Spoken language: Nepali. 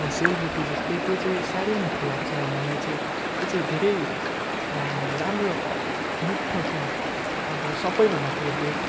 सेलरोटीजस्तै त्यो चाहिँ साह्रै मिठो लाग्छ मलाई चाहिँ त्यो चाहिँ धेरै राम्रो मिठो क्या अब सबैभन्दा फेभरेट